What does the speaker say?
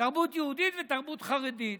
תרבות יהודית ותרבות חרדית,